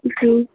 जी